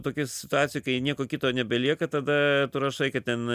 tokia situacija kai nieko kito nebelieka tada tu rašai kad ten